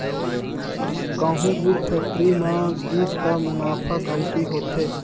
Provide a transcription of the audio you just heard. कहूँ गुड़ फेक्टरी म गिस त मुनाफा कमती होथे